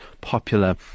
popular